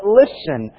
listen